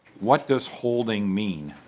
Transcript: what does holding mean?